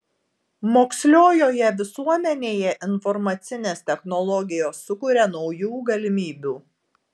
moksliojoje visuomenėje informacinės technologijos sukuria naujų galimybių